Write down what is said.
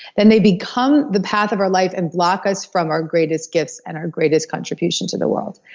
then they become the path of our life and block us from our greatest gifts and our greatest contribution to the world.